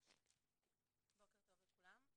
בוקר טוב לכולם,